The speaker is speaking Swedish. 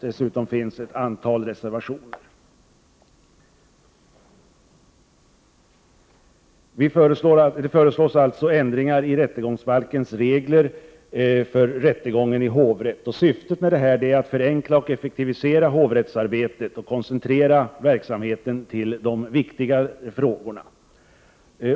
Dessutom finns det ett antal reservationer. I betänkandet föreslås alltså ändringar i rättegångsbalkens regler för rättegång i hovrätt. Syftet med förslaget är att förenkla och effektivisera hovrättsarbetet och koncentrera verksamheten till de viktiga frågorna.